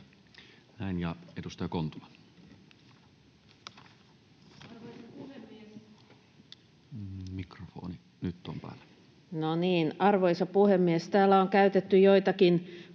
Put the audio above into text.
Arvoisa puhemies! Täällä on käytetty joitakin puheenvuoroja,